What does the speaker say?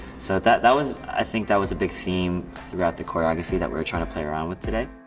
so that that was, i think that was a big theme throughout the choreography that we were trying to play around with today.